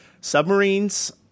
submarines